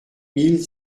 mille